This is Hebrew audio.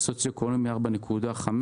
סוציו-אקונומי 4.5,